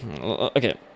Okay